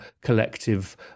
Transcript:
collective